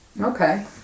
Okay